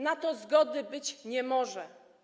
Na to zgody być nie może.